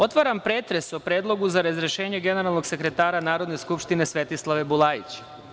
Otvaram pretres o Predlogu za razrešenje generalnog sekretara Narodne skupštine Svetislave Bulajić.